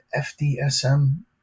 FDSM